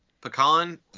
Pecan